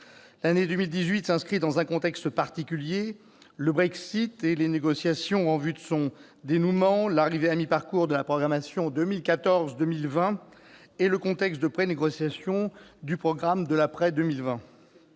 L'année 2018 s'inscrit dans un contexte particulier : le Brexit et les négociations en vue de son dénouement, l'arrivée à mi-parcours de la programmation 2014-2020, le contexte lié à la prénégociation du programme de l'après-2020.